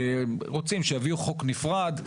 רוצים, שיביאו חוק נפרד.